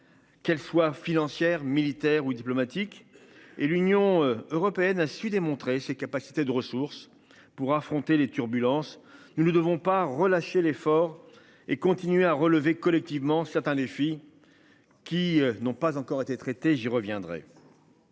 Qu'elle soit financière, militaire ou diplomatique et l'Union européenne a su démontrer ses capacités de ressources pour affronter les turbulences. Nous ne devons pas relâcher l'effort et continuer à relever collectivement certains filles. Qui n'ont pas encore été traitée. J'y reviendrai.